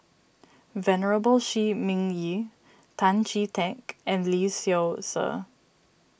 Venerable Shi Ming Yi Tan Chee Teck and Lee Seow Ser